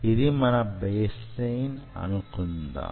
ఇది మీ baseline అనుకుందాం